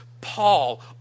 Paul